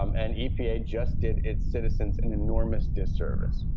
um and epa just did its citizens an enormous disservice.